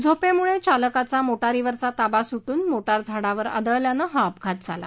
झोपेमुळे चालकाचा मोटारीवरचा ताबा सुटून मोटार झाडावर आदळल्यानं हा अपघात झाला